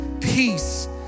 peace